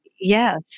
yes